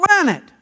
planet